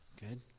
Good